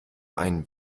einen